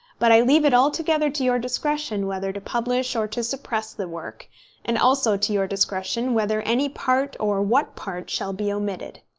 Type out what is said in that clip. but i leave it altogether to your discretion whether to publish or to suppress the work and also to your discretion whether any part or what part shall be omitted.